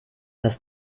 das